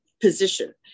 position